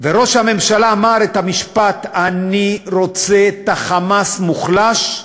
וראש הממשלה אמר את המשפט: אני רוצה את ה"חמאס" מוחלש,